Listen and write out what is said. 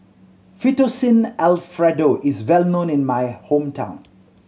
Fettuccine Alfredo is well known in my hometown